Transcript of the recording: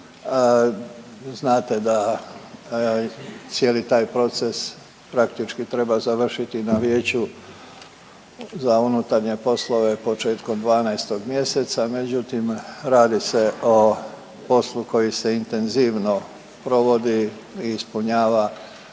Znate da ja, cijeli taj proces praktički treba završiti na Vijeću za unutarnje poslove početkom 12. mjeseca međutim radi se o poslu koji se intenzivno provodi i ispunjava